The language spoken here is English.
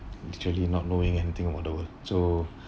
literally not knowing anything about the world so